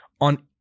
on